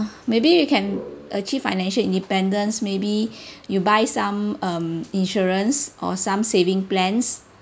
maybe you can achieve financial independence maybe you buy some um insurance or some saving plans